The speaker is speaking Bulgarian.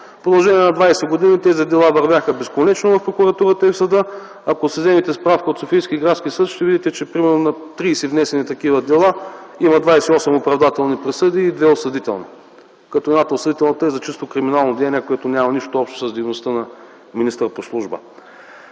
В продължение на 20 години тези дела вървяха безконечно в прокуратурата и в съда. Ако си вземете справка от Софийски градски съд ще видите, че примерно 30 внесени такива дела има, 28 оправдателни присъди и 2 осъдителни. Едната от осъдителните присъди е за чисто криминално деяние, което няма нищо общо с дейността на министър по служба.